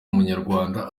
umunyarwanda